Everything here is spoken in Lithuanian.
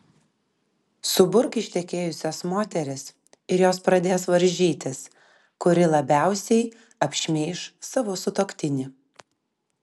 suburk ištekėjusias moteris ir jos pradės varžytis kuri labiausiai apšmeiš savo sutuoktinį